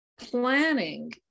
planning